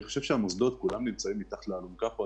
כל המוסדות נמצאים כאן מתחת לאלונקה.